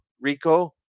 Rico